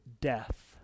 death